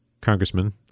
congressman